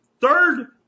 Third